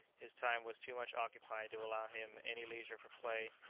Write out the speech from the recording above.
his time was too much occupied to allow him any leisure for play,